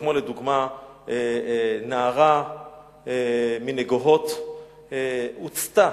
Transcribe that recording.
כמו לדוגמה נערה מנגוהות שהוצתה